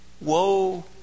Woe